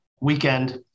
weekend